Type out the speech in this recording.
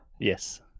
Yes